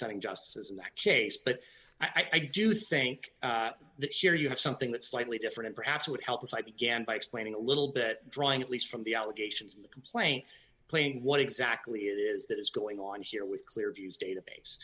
seven justices in that case but i do think that here you have something that slightly different perhaps would help if i began by explaining a little bit drawing at least from the allegations in the complaint playing what exactly it is that is going on here with clear views database